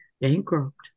bankrupt